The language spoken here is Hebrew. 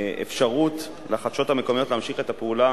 מתן האפשרות לחדשות המקומיות להמשיך את הפעולה